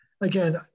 Again